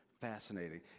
fascinating